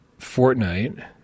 Fortnite